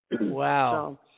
Wow